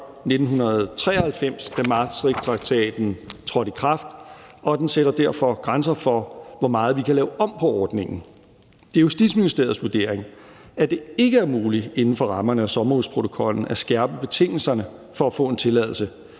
1993, da Maastrichttraktaten trådte i kraft, og den sætter derfor grænser for, hvor meget vi kan lave om på ordningen. Det er Justitsministeriets vurdering, at det ikke er muligt inden for rammerne af sommerhusprotokollen at skærpe betingelserne for at få en tilladelse,